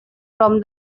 from